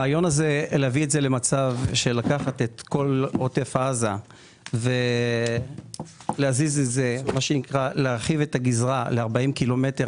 הרעיון לקחת את כל עוטף עזה ולהרחיב את הגזרה ל-40 קילומטר,